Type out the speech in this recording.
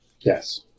Yes